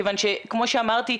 כמו שאמרתי,